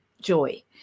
joy